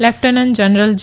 lieutenant general જે